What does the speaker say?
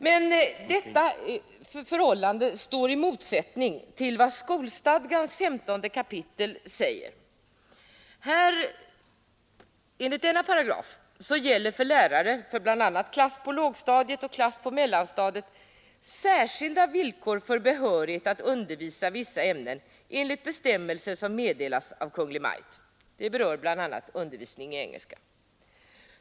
Men detta förhållande står i motsättning till vad skolstadgans 15 kap. 17 8 säger. Enligt denna paragraf gäller för lärare i bl.a. klass på lågstadiet och klass på mellanstadiet särskilda villkor för behörighet att undervisa i vissa ämnen enligt bestämmelser som meddelas av Kungl. Maj:t. Det berör bl.a. undervisning i engelska.